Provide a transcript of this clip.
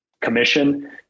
commission